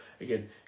again